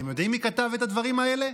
אתם יודעים מי כתב את הדברים האלה?